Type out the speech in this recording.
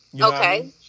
Okay